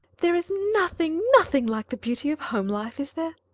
there is nothing, nothing like the beauty of home-life, is there?